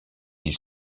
ils